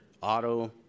Auto